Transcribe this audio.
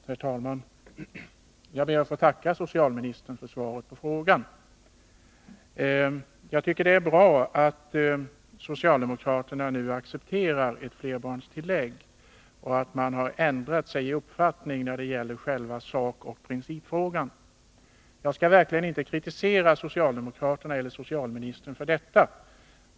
Herr talman! Jag ber att få tacka socialministern för svaret på frågan. Det är bra att socialdemokraterna accepterar ett flerbarnstillägg och att de har ändrat uppfattning när det gäller själva sakoch principfrågan. Jag skall verkligen inte kritisera socialdemokraterna och socialministern för detta.